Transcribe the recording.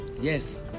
yes